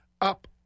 up